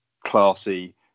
classy